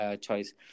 choice